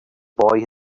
boy